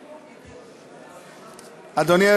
אדוני.